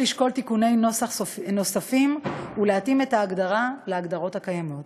יש לשקול תיקוני נוסח נוספים והתאמה של ההגדרה להגדרות הקיימות.